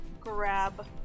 grab